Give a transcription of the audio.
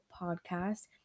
Podcast